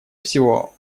всего